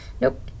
Nope